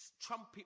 trumpet